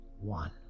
one